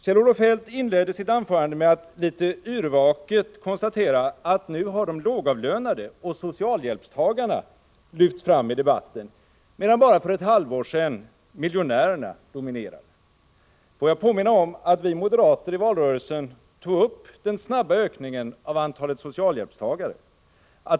Kjell-Olof Feldt inledde sitt anförande med att litet yrvaket konstatera att låginkomsttagarna och socialhjälpstagarna nu hade lyfts fram i debatten, medan bara för ett halvår sedan miljonärerna dominerade. Får jag påminna om att vi moderater i valrörelsen tog upp frågan om den snabba ökningen av antalet socialhjälpstagare.